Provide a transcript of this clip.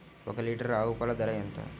ఒక్క లీటర్ ఆవు పాల ధర ఎంత?